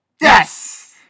Yes